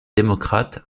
démocrate